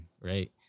Right